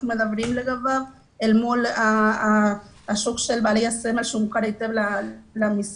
מדברים אל מול השוק של בעלי הסמל שמוכר היטב למשרד.